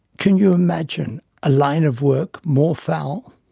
can you imagine a line of work more foul?